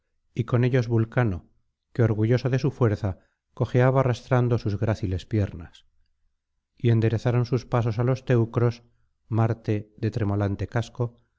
y con ellos vulcano que orgulloso de su fuerza cojeaba arrastrando sus gráciles piernas y enderezaron sus pasos á los teucros marte de tremolante casco